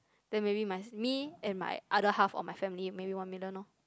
then maybe my me and my other half of my family maybe one million loh